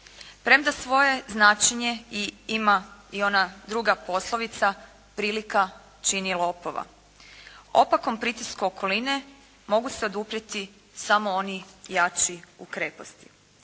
Premda svoje značenje i ima i ona druga poslovica “prilika čini lopova“. Opakom pritisku okoline mogu se oduprijeti samo oni jači u kreposti.